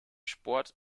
sport